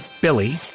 Billy